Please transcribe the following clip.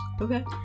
Okay